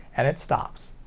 and it stops.